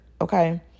Okay